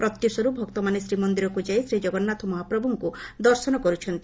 ପ୍ରତ୍ୟୁଷରୁ ଭକ୍ତମାନେ ଶ୍ରୀମନ୍ଦିରକୁ ଯାଇ ଶ୍ରୀଜଗନ୍ନାଥ ମହାପ୍ରଭୁଙ୍କୁ ଦର୍ଶନ କରୁଛନ୍ତି